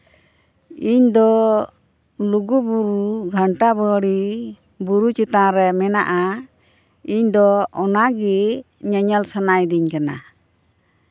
ᱤᱧ ᱫᱚ ᱞᱩᱜᱩ ᱵᱩᱨᱩ ᱜᱷᱟᱱᱴᱟ ᱵᱟᱲᱮ ᱵᱩᱨᱩ ᱪᱮᱛᱟᱱ ᱨᱮ ᱢᱮᱱᱟᱜᱼᱟ ᱤᱧ ᱫᱚ ᱚᱱᱟᱜᱮ ᱧᱮᱧᱮᱞ ᱥᱟᱱᱟᱭᱤᱧ ᱠᱟᱱᱟ